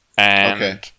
Okay